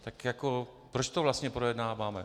Tak jako proč to vlastně projednáváme?